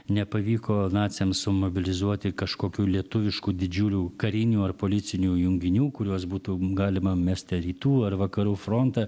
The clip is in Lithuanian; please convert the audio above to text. nepavyko naciams sumobilizuoti kažkokių lietuviškų didžiulių karinių ar policinių junginių kuriuos būtų galima mesti ar rytų ar vakarų frontą